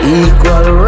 equal